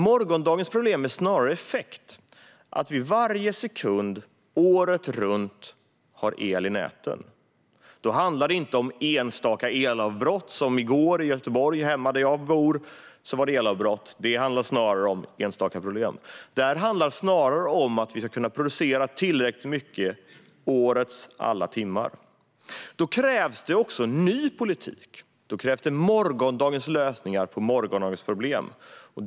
Morgondagens problem handlar snarare om effekt - att vi varje sekund året runt har el i näten. Då handlar det inte om enstaka elavbrott - i går var det elavbrott hemma i Göteborg, där jag bor, men det var ett enstaka problem - utan om att vi ska kunna producera tillräckligt mycket under årets alla timmar. Då krävs det också en ny politik. Då krävs morgondagens lösningar på morgondagens problem.